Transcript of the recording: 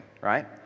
right